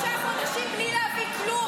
מפסיקים את המלחמה לשלושה חודשים בלי להביא כלום.